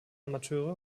amateure